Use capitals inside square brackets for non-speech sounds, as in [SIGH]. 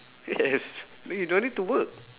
[LAUGHS] yes then you don't need to work